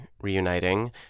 reuniting